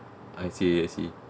I see I see